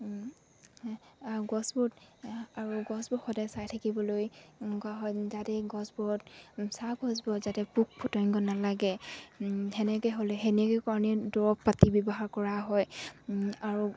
গছবোৰ আৰু গছবোৰ সদায় চাই থাকিবলৈ এনেকুৱা হয় যাতে গছবোৰত চাহ গছবোৰত যাতে পোক পতংগ নালাগে সেনেকে হ'লে সেনেকে কাৰণে দৌৰৱ পাতি ব্যৱহাৰ কৰা হয় আৰু